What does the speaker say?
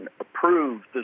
approved